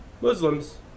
Muslims